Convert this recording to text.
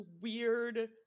weird